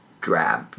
drab